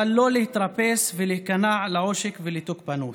אבל לא להתרפס ולהיכנע לעושק ולתוקפנות,